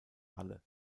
halle